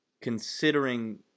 considering